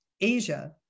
Asia